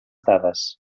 dades